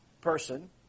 person